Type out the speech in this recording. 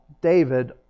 David